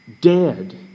dead